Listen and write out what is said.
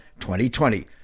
2020